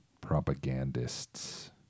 propagandists